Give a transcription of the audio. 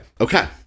Okay